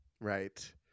right